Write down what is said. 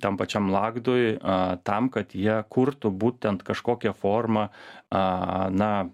tam pačiam lagdui a tam kad jie kurtų būtent kažkokią formą a na